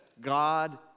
God